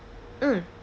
mm